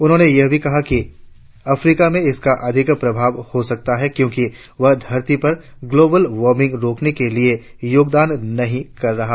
उन्होंने यह भी कहा कि अफ्रीका में इसका अधिक प्रभाव हो सकता है क्योंकि वह धरती पर ग्लोबल वार्मिंग रोकने के लिये योगदान नही कर रहा